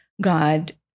God